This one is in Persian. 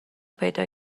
پیدا